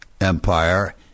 empire